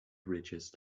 ridges